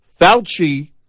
Fauci